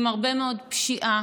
עם הרבה מאוד פשיעה,